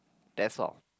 that's all